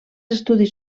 estudis